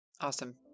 Awesome